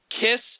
kiss